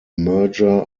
merger